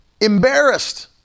embarrassed